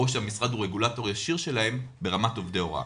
או שהמשרד הוא רגולטור ישיר שלהם ברמת עובדי הוראה.